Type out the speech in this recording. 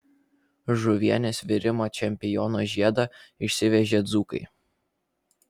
žuvienės virimo čempiono žiedą išsivežė dzūkai